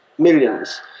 millions